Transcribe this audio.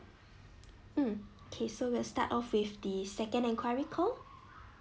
mm okay so we'll start off with the second enquiry call